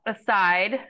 aside